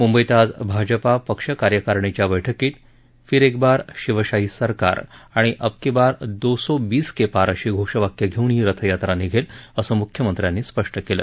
मुंबईत आज भाजपा पक्ष कार्यकारणीच्या बैठकीत फिर एक बार शिवशाही सरकार आणि अबकी बार दो सौ बीस के पार अशी घोषवाक्य घेऊन ही रथयात्रा निघेल असं मुख्यमंत्र्यांनी स्पष्ट केलं